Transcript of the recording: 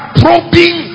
probing